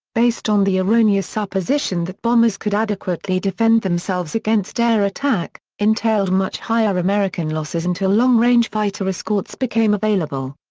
based on the erroneous supposition that bombers could adequately defend themselves against air attack, entailed much higher american losses until long-range fighter escorts became available.